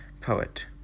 poet